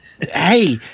hey